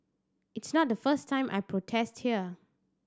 it's not the first time I protest here